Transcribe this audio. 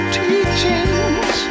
teachings